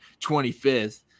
25th